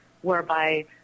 whereby